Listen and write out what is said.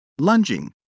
lunging